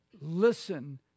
Listen